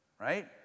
right